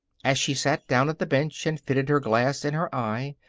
as she sat down at the bench and fitted her glass in her eye,